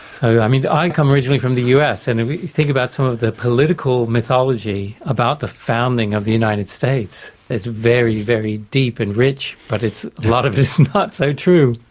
so i mean, i come originally from the us, and if we think about some of the political mythology about the founding of the united states, it's very, very deep and rich, but it's. a lot of it's not so true.